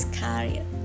career